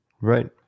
right